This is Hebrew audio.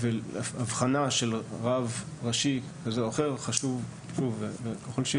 והבחנה של רב ראשי כזה או אחר חשוב ככל שיהיה